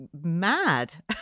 mad